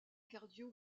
cardio